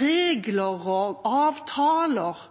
regler og avtaler